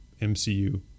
MCU